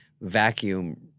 vacuum